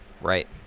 Right